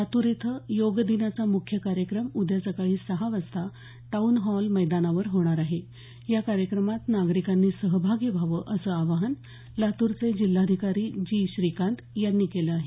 लातूर इथं योगांदनाचा मुख्य कार्यक्रम उद्या सकाळी सहा वाजता टाऊन हॉल मैदानावर होणार आहे या कार्यक्रमात नागरिकांनी सहभागी व्हावं असं आवाहन लातूरचे जिल्हाधिकारी जी श्रीकांत यांनी केलं आहे